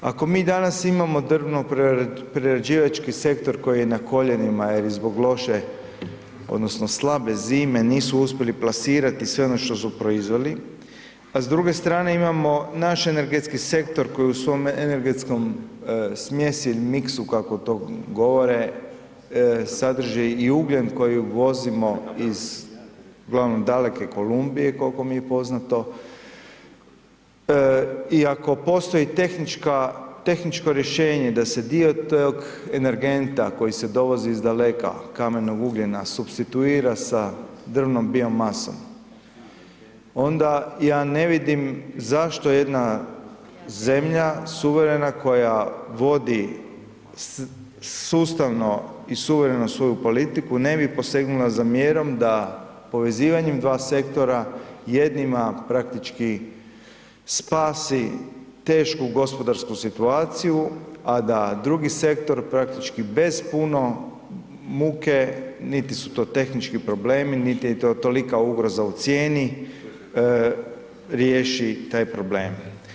Ako mi danas imamo drvnoprerađivački sektor koji je na koljenima jer i zbog lođe odnosno slabe zime nisu uspjeli plasirati sve ono što su proizveli, a s druge strane imamo naš energetski sektor koji u svojoj energetskoj smjesi ili miksu kako to govore sadrži i ugljen koji uvozimo iz uglavnom daleke Kolumbije koliko mi je poznato, i ako postoji tehničko rješenje da se dio tog energenta koji se dovozi iz daleka kamenog ugljena supstituira sa drvnom bio masom, onda ja ne vidim zašto jedna zemlja suverena koja vodi sustavno i suvremeno svoju politiku ne bi posegnula za mjerom da povezivanjem dva sektora jednima praktički spasi tešku gospodarsku situaciju, a da drugi sektor praktički bez puno muke niti su to tehnički problemi niti je to tolika ugroza u cijeni riješi taj problem.